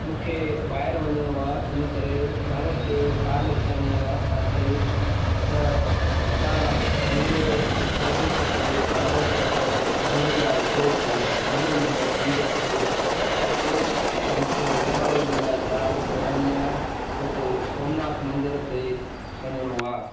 मूंखे ॿाहिरि वञणो आहे इनकरे भाड़े ते कार लिखाइणी आहे तव्हांखे त तव्हां मुंहिंजे एड्रेस तेआदर्श नगर झूलेलाल चौक गली नम्बर पंज ते अचो त मूंखे वेरावल जे लाइ कार बुक कराइणी आहे उते सोमनाथ मंदरु ते वञणो आहे